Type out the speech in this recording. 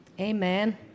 Amen